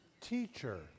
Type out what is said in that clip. teacher